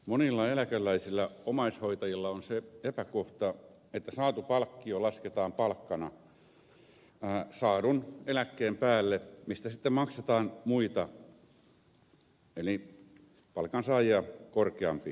monilla eläkeläisillä omaishoitajilla on se epäkohta että saatu palkkio lasketaan palkkana saadun eläkkeen päälle ja sitten siitä maksetaan muita eli palkansaajia korkeampi vero